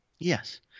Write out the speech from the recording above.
Yes